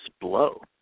blow